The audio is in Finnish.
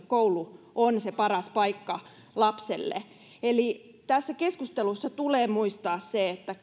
koulu on se paras paikka lapselle eli tässä keskustelussa tulee muistaa se että